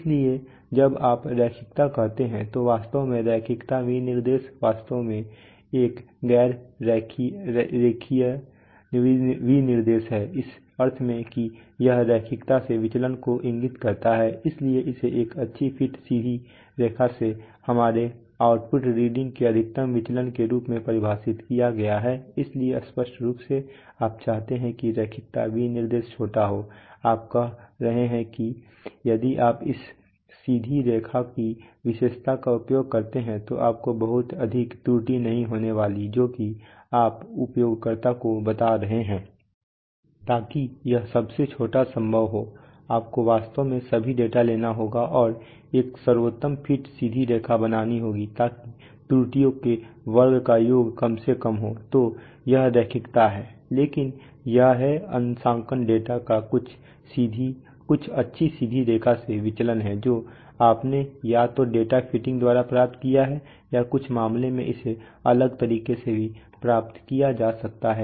इसीलिए जब आप रैखिकता कहते हैं तो वास्तव में रैखिकता विनिर्देश वास्तव में एक गैर रेखीयता विनिर्देश है इस अर्थ में कि यह रैखिकता से विचलन को इंगित करता है इसलिए इसे एक अच्छी फिट सीधी रेखा से हमारे आउटपुट रीडिंग के अधिकतम विचलन के रूप में परिभाषित किया गया है इसलिए स्पष्ट रूप से आप चाहते हैं कि रैखिकता विनिर्देश छोटा हो आप कह रहे हों कि यदि आप उस सीधी रेखा की विशेषता का उपयोग करते हैं तो आपको बहुत अधिक त्रुटि नहीं होने वाली है जो कि आप उपयोगकर्ता को बता रहे हैं ताकि यह सबसे छोटा संभव हो आपको वास्तव में सभी डेटा लेना होगा और एक सर्वोत्तम फिट सीधी रेखा बनानी होगी ताकि त्रुटियों के वर्ग का योग कम से कम हो तो यह रैखिकता है लेकिन यह है अंशांकन डेटा का कुछ अच्छी सीधी रेखा से विचलन है जो आपने या तो डेटा फिटिंग द्वारा प्राप्त किया है या कुछ मामलों में इसे अलग तरीके से भी प्राप्त किया जा सकता है